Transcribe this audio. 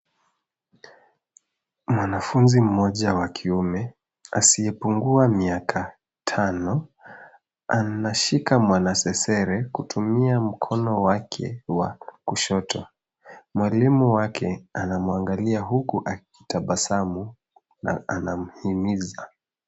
Mwanafuzi mmoja wa kiume, asiyepungua miaka tano, anashika mwana sesere, kutumia mkono wake wa kushoto. Mwalimu wake anamwangalia huku akitabasamu na anamhimiza